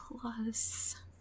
Plus